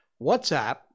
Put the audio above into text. WhatsApp